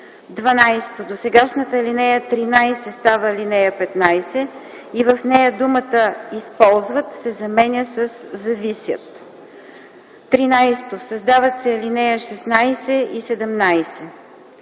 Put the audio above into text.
12. Досегашната ал. 13 става ал. 15 и в нея думата „използват” се заменя със „зависят”. 13. Създават се ал. 16 и 17: